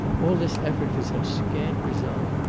all this effort for such scant result,